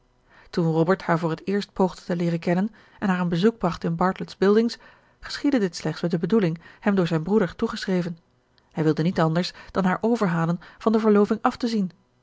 toen robert haar voor het eerst poogde te leeren kennen en haar een bezoek bracht in bartlett's buildings geschiedde dit slechts met de bedoeling hem door zijn broeder toegeschreven hij wilde niet anders dan haar overhalen van de verloving af te zien